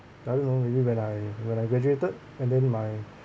I don't know maybe when I when I graduated and then my